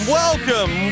welcome